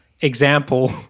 example